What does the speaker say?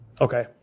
Okay